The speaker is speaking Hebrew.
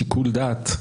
של מינויים.